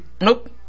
Nope